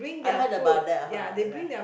I heard about that I heard about that